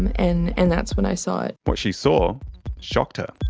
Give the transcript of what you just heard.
and and that's when i saw it. what she saw shocked her.